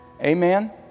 Amen